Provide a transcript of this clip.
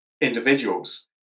individuals